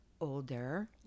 older